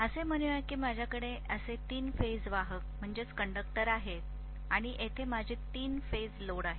तर असे म्हणूया की माझ्याकडे असे तीन फेज वाहक आहेत आणि येथे माझे तीन फेज लोड आहेत